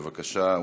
בבקשה,